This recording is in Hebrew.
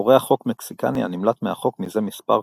פורע חוק מקסיקני, הנמלט מהחוק מזה מספר חודשים.